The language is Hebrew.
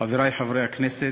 חברי חברי הכנסת,